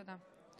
תודה,